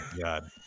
God